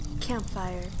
Campfire